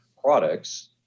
products